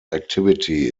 activity